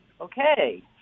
Okay